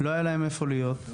לא היה להם איפה להיות,